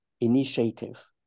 Initiative